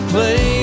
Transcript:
Play